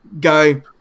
go